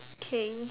okay